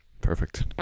Perfect